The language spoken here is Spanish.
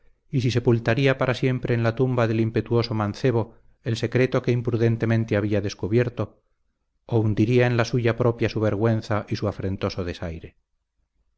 y si sepultaría para siempre en la tumba del impetuoso mancebo el secreto que imprudentemente había descubierto o hundiría en la suya propia su vergüenza y su afrentoso desaire